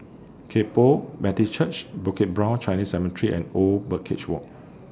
Kay Poh Baptist Church Bukit Brown Chinese Cemetery and Old Birdcage Walk